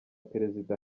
perezida